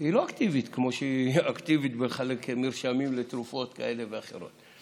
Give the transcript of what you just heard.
כמו שהיא אקטיבית בחלוקת מרשמים לתרופות כאלה ואחרות.